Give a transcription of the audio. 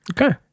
Okay